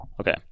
Okay